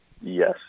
Yes